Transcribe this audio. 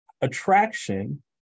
Attraction